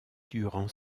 durant